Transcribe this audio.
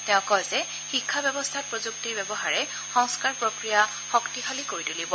তেওঁ কয় যে শিক্ষা ব্যৱস্থাত প্ৰযুক্তিৰ ব্যৱহাৰে সংস্থাৰ প্ৰক্ৰিয়া শক্তিশালী কৰি তুলিব